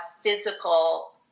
physical